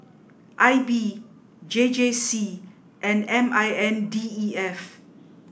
I B J J C and M I N D E F